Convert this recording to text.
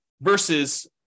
versus –